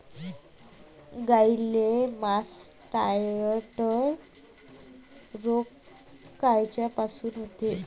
गाईले मासटायटय रोग कायच्यापाई होते?